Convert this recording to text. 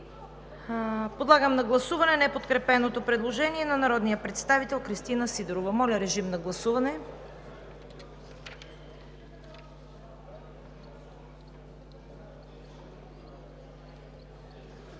Подлагам на гласуване неподкрепеното предложение на народния представител Кристина Сидорова за създаване